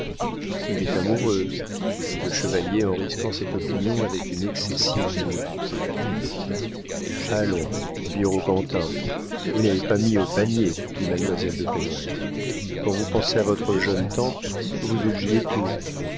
il est amoureux dit le chevalier en risquant cette opinion avec une excessive timidité allons vieux roquentin vous n'avez pas mis au panier dit mademoiselle de pen hoël quand vous pensez à votre jeune temps vous oubliez tout